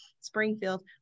Springfield